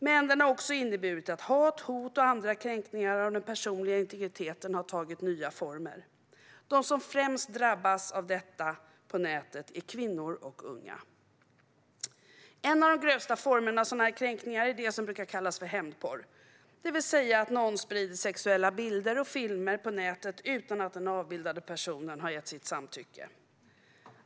Men det har också inneburit att hat, hot och andra kränkningar av den personliga integriteten tagit nya former. De som främst drabbas av detta på nätet är kvinnor och unga. En av de grövsta formerna av sådana kränkningar är det som brukar kallas hämndporr, det vill säga att någon sprider sexuella bilder eller filmer på nätet utan att den avbildade personen har gett sitt samtycke.